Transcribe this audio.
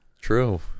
True